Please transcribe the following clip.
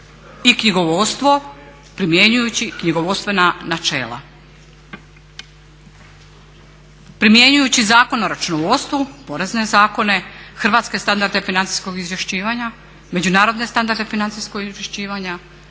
i knjigovodstvo primjenjujući knjigovodstvena načela, primjenjujući Zakon o računovodstvu, porezne zakone, hrvatske standarde financijskog izvješćivanja, međunarodne standarde financijskog izvješćivanja